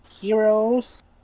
Heroes